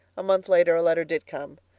a month later a letter did come.